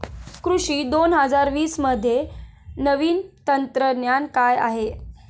कृषी दोन हजार वीसमध्ये नवीन तंत्रज्ञान काय आहे?